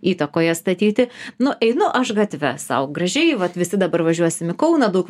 įtakoje statyti nu einu aš gatve sau gražiai vat visi dabar važiuosim į kauną daug